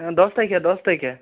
দছ তাৰিখে দছ তাৰিখে